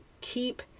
keep